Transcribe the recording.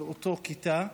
לאותה כיתה,